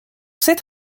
cette